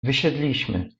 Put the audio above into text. wysiedliśmy